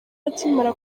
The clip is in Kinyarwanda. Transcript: akimara